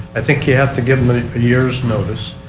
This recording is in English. i think you have to give them a year's notice.